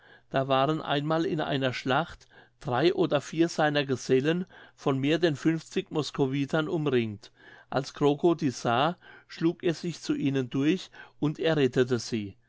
da waren einmal in einer schlacht drei oder vier seiner gesellen von mehr denn funfzig moskowitern umringt als krokow dieses sah schlug er sich zu ihnen durch und errettete sie